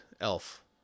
elf